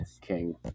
king